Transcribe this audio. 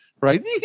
right